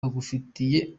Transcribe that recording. bagufitiye